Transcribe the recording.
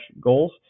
goals